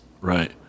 Right